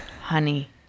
honey